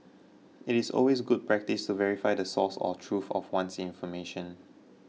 it is always good practice to verify the source or truth of one's information